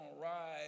ride